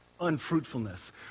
unfruitfulness